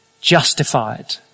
Justified